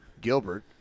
Gilbert